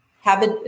habit